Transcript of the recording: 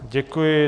Děkuji.